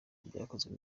byakozwe